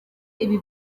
ibi